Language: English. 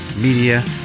Media